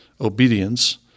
obedience